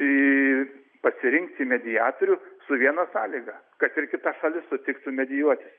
į pasirinkti mediatorių su viena sąlyga kad ir kita šalis sutiktų medijuotis